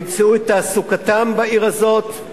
ימצאו את תעסוקתם בעיר הזאת,